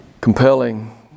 compelling